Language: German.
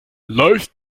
läuft